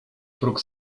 próg